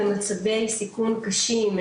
במצבי סיכון קשים,